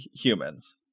humans